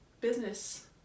business